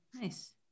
Nice